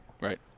Right